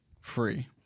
free